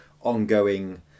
ongoing